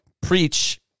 preach